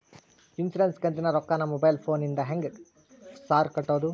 Insurance ಕಂತಿನ ರೊಕ್ಕನಾ mobile ಫೋನಿಂದ ಹೆಂಗ್ ಸಾರ್ ಕಟ್ಟದು?